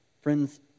friends